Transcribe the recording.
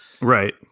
Right